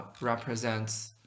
represents